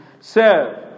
serve